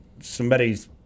somebody's